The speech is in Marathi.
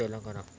तेलंगना